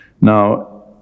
Now